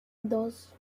dos